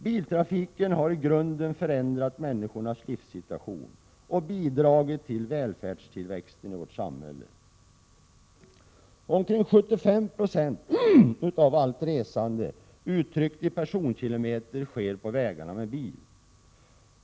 Biltrafiken har i grunden förändrat människornas livssituation och bidragit till välfärdstillväxten i vårt samhälle. Omkring 75 6 av allt resande uttryckt i personkilometer sker på vägarna med bil.